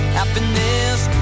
Happiness